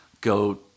go